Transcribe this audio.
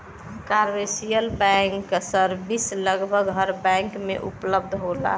commercial banking service लगभग हर bank में उपलब्ध होला